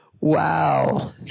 Wow